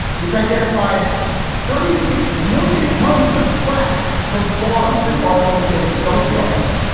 which identified thirty six million tons of scrap from farms and automobile junkyards,